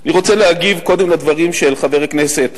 אני רוצה קודם כול להגיב על הדברים של חבר הכנסת